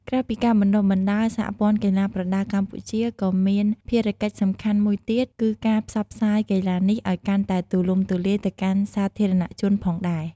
ក្រៅពីការបណ្តុះបណ្តាល សហព័ន្ធកីឡាប្រដាល់កម្ពុជា ក៏មានភារកិច្ចសំខាន់មួយទៀតគឺការផ្សព្វផ្សាយកីឡានេះឲ្យកាន់តែទូលំទូលាយទៅកាន់សាធារណជនផងដែរ។